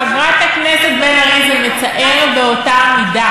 חברת הכנסת בן ארי, זה מצער באותה מידה.